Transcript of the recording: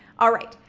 all right.